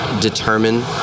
determine